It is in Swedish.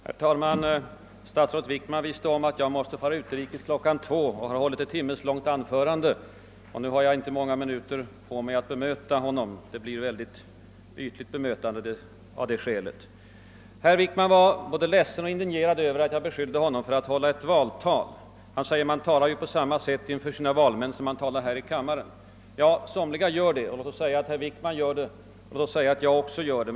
Herr talman! Statsrådet Wickman visste om att jag måste resa utrikes klockan 14 och har nu hållit ett en timme långt anförande. Nu har jag inte många minuter på mig att bemöta honom och det blir av det skälet ett mycket ytligt svar. Herr Wickman var både ledsen och indignerad över att jag beskyllde honom för att hålla ett valtal. Han sade att man ju talar på samma sätt inför sina valmän som här i kammaren. Ja, somliga gör det, och låt oss säga att herr Wickman och jag tillhör dem.